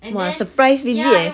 !wah! surprise visit eh